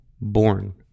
born